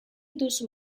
duzu